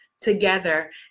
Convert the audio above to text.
together